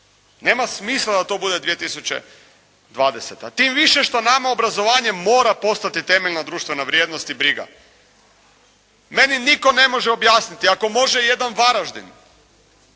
Nema smisla da to bude 2020., tim više što nama obrazovanje mora postati temeljna društvena vrijednost i briga. Meni nitko ne može objasniti ako može jedan Varaždin